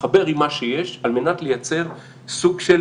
להתחבר עם מה שיש, על מנת לייצר סוג של